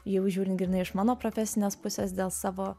jau žiūrint grynai iš mano profesinės pusės dėl savo